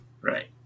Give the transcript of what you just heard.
Right